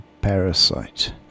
Parasite